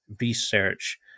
research